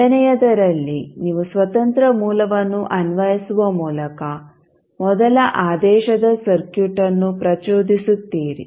ಎರಡನೆಯದರಲ್ಲಿ ನೀವು ಸ್ವತಂತ್ರ ಮೂಲವನ್ನು ಅನ್ವಯಿಸುವ ಮೂಲಕ ಮೊದಲ ಆದೇಶದ ಸರ್ಕ್ಯೂಟ್ ಅನ್ನು ಪ್ರಚೋದಿಸುತ್ತೀರಿ